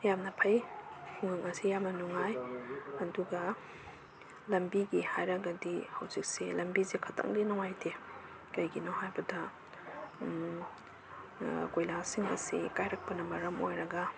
ꯌꯥꯝꯅ ꯐꯩ ꯈꯨꯡꯒꯪ ꯑꯁꯤ ꯌꯥꯝꯅ ꯅꯨꯡꯉꯥꯏ ꯑꯗꯨꯒ ꯂꯝꯕꯤꯒꯤ ꯍꯥꯏꯔꯒꯗꯤ ꯍꯧꯖꯤꯛꯁꯦ ꯂꯝꯕꯤꯁꯦ ꯈꯇꯪꯗꯤ ꯅꯨꯡꯉꯥꯏꯇꯦ ꯀꯩꯒꯤꯅꯣ ꯍꯥꯏꯕꯗ ꯀꯣꯏꯂꯥꯁꯁꯤꯡ ꯑꯁꯤ ꯀꯥꯏꯔꯛꯄꯅ ꯃꯔꯝ ꯑꯣꯏꯔꯒ